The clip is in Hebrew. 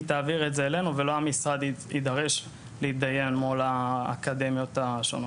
היא תעביר את זה אלינו ולא המשרד יידרש להתדיין מול האקדמיות השונות.